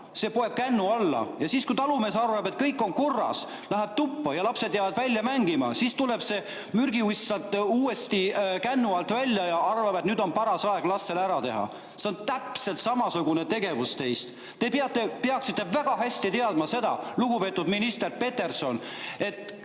See poeb kännu alla. Ja siis, kui talumees arvab, et kõik on korras, läheb tuppa ja lapsed jäävad välja mängima, siis tuleb see mürgiuss kännu alt välja ja arvab, et nüüd on paras aeg lastele ära teha. See on täpselt samasugune tegevus teie puhul. Te peaksite väga hästi teadma seda, lugupeetud minister Peterson, et